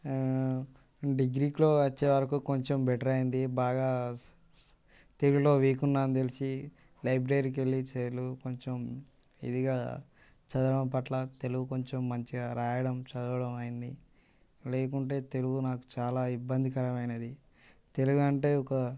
డిగ్రీలో వచ్చేవరకు కొంచెం బెటర్ అయింది బాగా తెలుగులో వీక్ ఉన్నానని తెల్సి లైబ్రరీకు వెళ్ళి చేలు కొంచెం ఇదిగా చదవడం పట్ల తెలుగు కొంచెం మంచిగా రాయడం చదవడం అయింది లేకుంటే తెలుగు నాకు చాలా ఇబ్బందికరమైనది తెలుగు అంటే ఒక